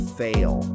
fail